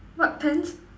what pants